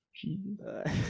Jesus